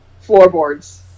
floorboards